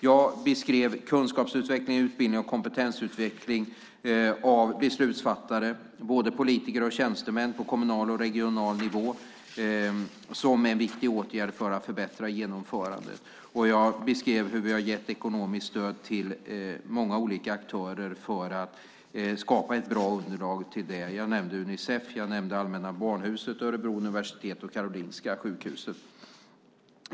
Jag beskrev kunskapsutveckling, utbildning och kompetensutveckling av beslutsfattare, både politiker och tjänstemän på kommunal och regional nivå, som en viktig åtgärd för att förbättra genomförandet. Jag beskrev hur vi har gett ekonomiskt stöd till många olika aktörer för att skapa ett bra underlag. Jag nämnde Unicef, Allmänna Barnhuset, Örebro universitet och Karolinska sjukhuset.